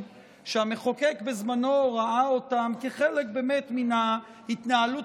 שהמחוקק בזמנו ראה אותם כחלק מן ההתנהלות